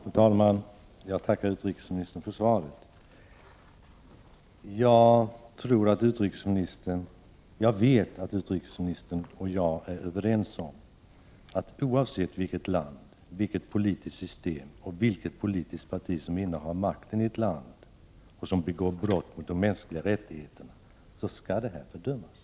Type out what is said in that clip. Fru talman! Jag tackar utrikesministern för svaret. Jag vet att utrikesministern och jag är överens om att oavsett vilket land det är som begår brott mot de mänskliga rättigheterna, oavsett vilket politiskt system som råder och vilket politiskt parti som innehar makten, så skall dessa brott fördömas.